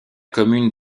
commune